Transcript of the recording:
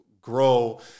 grow